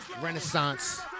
Renaissance